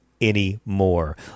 anymore